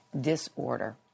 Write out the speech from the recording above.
disorder